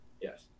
yes